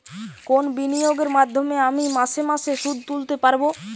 কোন বিনিয়োগের মাধ্যমে আমি মাসে মাসে সুদ তুলতে পারবো?